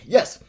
Yes